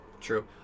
True